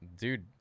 Dude